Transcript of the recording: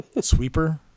Sweeper